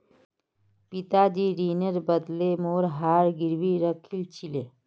पिताजी ऋनेर बदले मोर हार गिरवी राखिल छिले